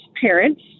parents